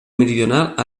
meridional